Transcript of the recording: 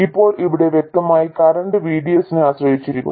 ഇപ്പോൾ ഇവിടെ വ്യക്തമായി കറന്റ് VDS നെ ആശ്രയിച്ചിരിക്കുന്നു